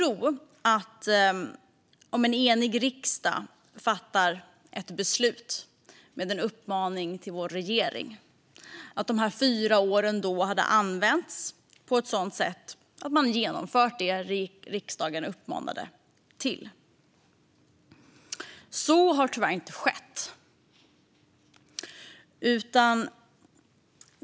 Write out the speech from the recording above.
Om en enig riksdag fattar ett beslut med en uppmaning till regeringen hade man kunnat tro att dessa fyra år hade använts på sådant sätt att regeringen hade genomfört det som riksdagens uppmaning gällde. Så har tyvärr inte skett.